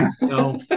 No